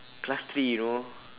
class three you know